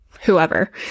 whoever